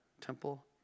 temple